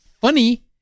funny